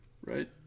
right